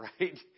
right